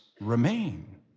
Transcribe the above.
remain